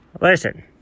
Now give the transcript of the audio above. listen